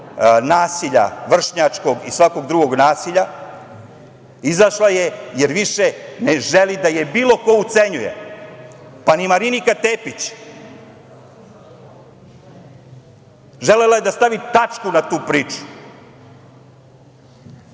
nasilja, vršnjačkog i svakog drugog nasilja, izašla je jer više ne želi da je bilo ko ucenjuje, pa ni Marinika Tepić. Želela je da stavi tačku na tu priču,